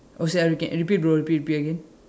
also we can repeat bro repeat repeat again